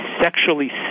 sexually